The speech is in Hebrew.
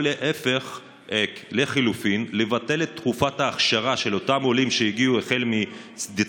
או לחלופין לבטל את תקופת האכשרה של אותם עולים שהגיעו החל מדצמבר,